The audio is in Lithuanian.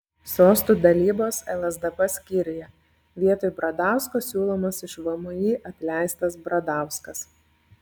sostų dalybos lsdp skyriuje vietoj bradausko siūlomas iš vmi atleistas bradauskas